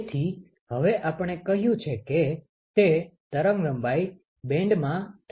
તેથી હવે આપણે કહ્યું છે કે તે તરંગલંબાઇ બેન્ડમાં થઇ રહ્યું છે